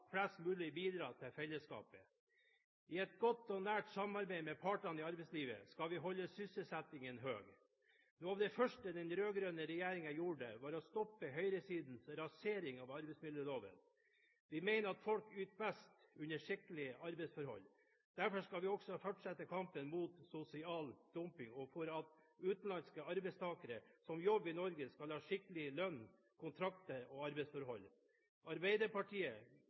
flest mulig bidra til fellesskapet. I et godt og nært samarbeid med partene i arbeidslivet skal vi holde sysselsettingen høy. Noe av det første den rød-grønne regjeringen gjorde, var å stoppe høyresidens rasering av arbeidsmiljøloven. Vi mener at folk yter best under skikkelige arbeidsforhold. Derfor skal vi også fortsette kampen mot sosial dumping og for at utenlandske arbeidstakere som jobber i Norge, skal ha skikkelig lønn, kontrakter og arbeidsforhold. Arbeiderpartiet